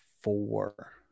four